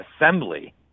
assembly